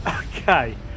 Okay